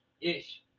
ish